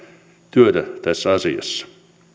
työtä tässä asiassa tarkastusvaliokunta